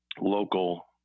local